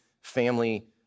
family